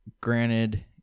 Granted